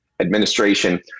administration